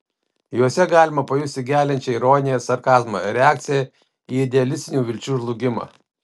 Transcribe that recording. juose galima pajusti geliančią ironiją ir sarkazmą reakciją į idealistinių vilčių žlugimą